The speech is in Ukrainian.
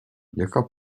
яка